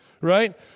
Right